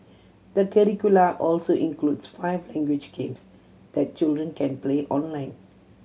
the curricula also includes five language games that children can play online